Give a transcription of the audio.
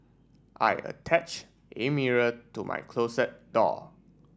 I attach a mirror to my closet door